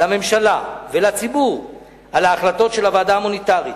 לממשלה ולציבור על ההחלטות של הוועדה המוניטרית.